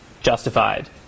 justified